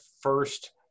first